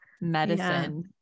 medicine